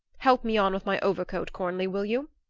help me on with my overcoat, cornley, will you?